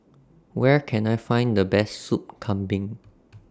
Where Can I Find The Best Soup Kambing